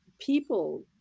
people